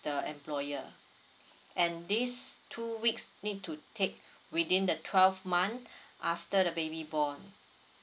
the employer and these two weeks need to take within the twelve month after the baby born